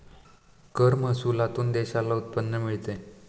कर महसुलातून देशाला उत्पन्न मिळते